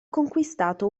conquistato